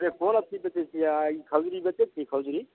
आ से कोन एथी बेचै छियै खजुरी बेचै छियै खजुरी